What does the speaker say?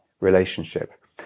relationship